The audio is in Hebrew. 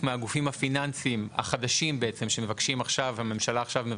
מהגופים הפיננסיים החדשים לבקשת הממשלה.